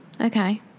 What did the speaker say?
Okay